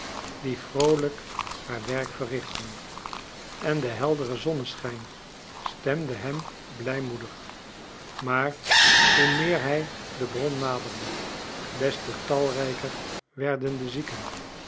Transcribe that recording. die vroolijk haar werk verrichtten en de heldere zonneschijn stemden hem blijmoedig maar hoe meer hij de bron naderde des te talrijker werden de zieken